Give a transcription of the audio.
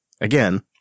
Again